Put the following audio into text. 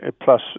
plus